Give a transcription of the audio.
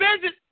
visit